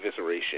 evisceration